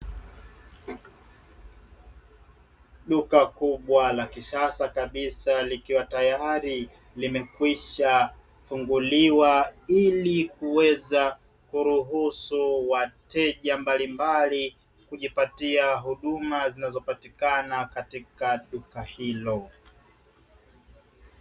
Duka kubwa la kisasa kabisa likiwa tayari limekwishafunguliwa ili kuweza kuruhusu wateja mbalimbali kujipatia huduma zinazopatikana katika duka hilo.